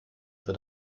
für